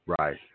Right